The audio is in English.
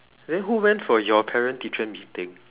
then who went for your parent teacher meeting